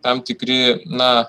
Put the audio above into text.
tam tikri na